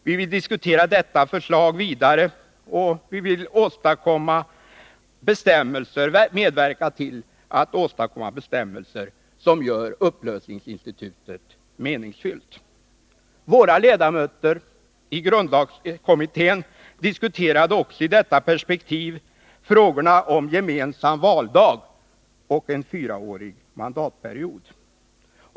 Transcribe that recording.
Vi vill diskutera detta förslag vidare, och vi vill medverka till att åstadkomma bestämmelser som gör upplösningsinstitutet meningsfullt. Våra ledamöter i grundlagskommittén diskuterade också i detta perspektiv frågorna om gemensam valdag och en fyraårig mandatperiod.